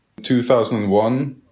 2001